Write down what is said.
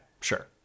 sure